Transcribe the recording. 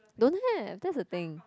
don't have that's the thing